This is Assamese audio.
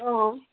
অঁ